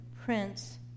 Prince